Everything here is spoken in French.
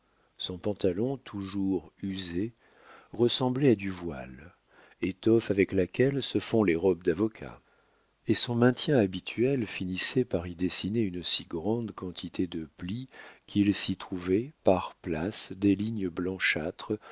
son pantalon toujours usé ressemblait à du voile étoffe avec laquelle se font les robes d'avocat et son maintien habituel finissait par y dessiner une si grande quantité de plis qu'il s'y trouvait par places des lignes blanchâtres